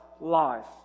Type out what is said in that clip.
life